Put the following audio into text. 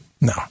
No